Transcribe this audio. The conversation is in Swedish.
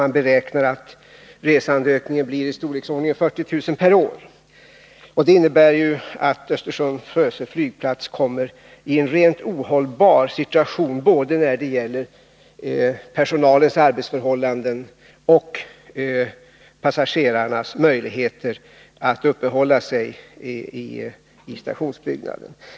Man beräknar att resandeökningen blir i storleksordningen 40 000 per år. Det innebär att Östersund/Frösö flygplats kommer i en rent ohållbar situation, när det gäller både personalens arbetsförhållanden och passagerarnas möjligheter att uppehålla sig i stationsbyggnaden.